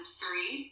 three